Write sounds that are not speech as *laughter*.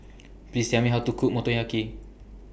*noise* Please Tell Me How to Cook Motoyaki